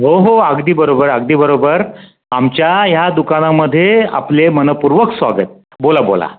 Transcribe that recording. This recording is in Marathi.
हो हो अगदी बरोबर अगदी बरोबर आमच्या या दुकानामध्ये आपले मनःपूर्वक स्वागत बोला बोला